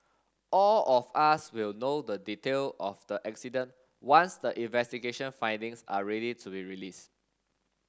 all of us will know the detail of the accident once the investigation findings are ready to be released